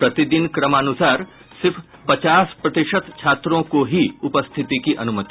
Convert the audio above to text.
प्रति दिन क्रमानुसार सिर्फ पचास प्रतिशत छात्रों को ही उपस्थिति की अनुमति